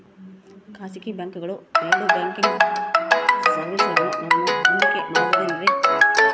ಖಾಸಗಿ ಬ್ಯಾಂಕುಗಳು ನೇಡೋ ಬ್ಯಾಂಕಿಗ್ ಸರ್ವೇಸಗಳನ್ನು ನಾನು ನಂಬಿಕೆ ಮಾಡಬಹುದೇನ್ರಿ?